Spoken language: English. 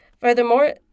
Furthermore